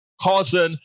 Causing